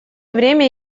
время